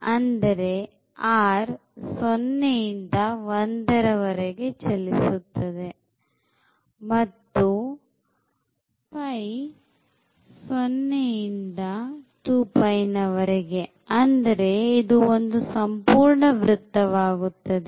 ಅಂದರೆ r 0 ಇಂದ1 ವರೆಗೆ ಚಲಿಸುತ್ತದೆ ಮತ್ತು 0 ಇಂದ 2π ನ ವರೆಗೆ ಅಂದರೆ ಇದು ಒಂದು ಸಂಪೂರ್ಣ ವೃತ್ತವಾಗುತ್ತದೆ